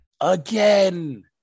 Again